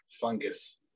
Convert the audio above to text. fungus